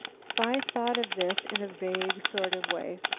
phi thought of this in a vague sort of way.